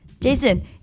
Jason